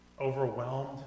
overwhelmed